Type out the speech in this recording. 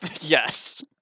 Yes